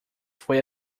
foi